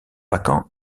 vacant